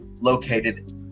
located